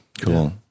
Cool